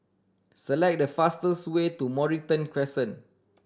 select the fastest way to Mornington Crescent